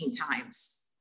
times